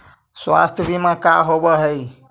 स्वास्थ्य बीमा का होव हइ?